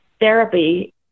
therapy